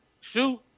shoot